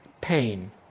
pain